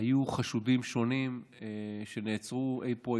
היו חשודים שונים שנעצרו אי פה,